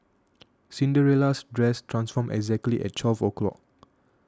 Cinderella's dress transformed exactly at twelve o'clock